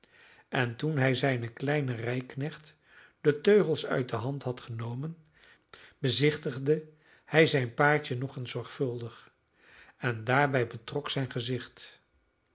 en toen hij zijnen kleinen rijknecht de teugels uit de hand had genomen bezichtigde hij zijn paardje nog eens zorgvuldig en daarbij betrok zijn gezicht